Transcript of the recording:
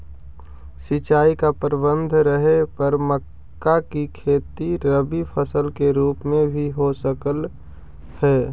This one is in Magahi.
सिंचाई का प्रबंध रहे पर मक्का की खेती रबी फसल के रूप में भी हो सकलई हे